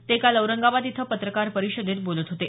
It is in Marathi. ते काल औरंगाबाद इथं पत्रकार परिषदेत बोलत होते